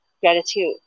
gratitude